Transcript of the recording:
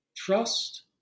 Trust